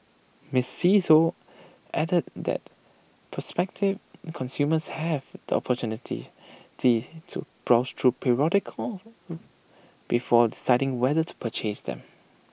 miss see Tho added that prospective consumers have the opportunity to browse through periodicals before deciding whether to purchase them